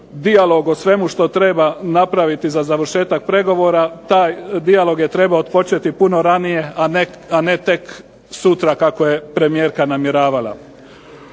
dijalog o svemu što treba napraviti za završetak pregovora taj dijalog je trebao otpočeti puno ranije, a ne tek sutra kako je premijerka namjeravala.